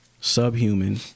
subhuman